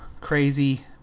crazy